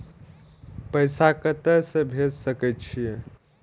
पैसा कते से भेज सके छिए?